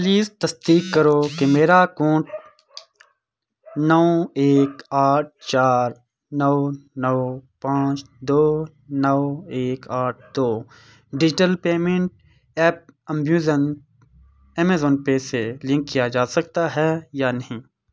please تصدیق کرو کہ میرا اکاونٹ نو ایک آٹھ چار نو نو پانچ دو نو ایک آٹھ دو digital payment app Amazon Amazon pay سے لنک کیا جا سکتا ہے یا نہیں